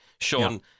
Sean